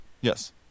Yes